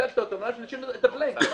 הצגת אותו, רק נשאיר את הבלאנק.